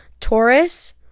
Taurus